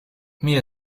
mir